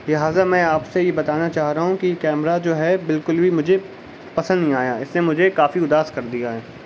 لہٰذا میں آپ سے یہ بتانا چاہ رہا ہوں کہ کیمرہ جو ہے بالکل بھی مجھے پسند نہیں آیا اس نے مجھے کافی اداس کر دیا ہے